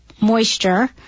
moisture